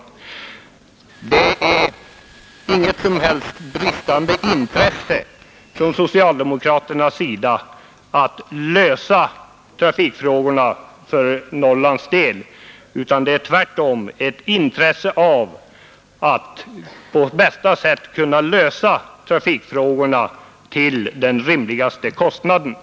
Det är inget som helst bristande intresse från socialdemokraternas sida att lösa trafikfrågorna för Norrlands del, utan det är tvärtom ett intresse av att på bästa möjliga sätt söka lösa trafikfrågorna till den rimligaste kostnaden.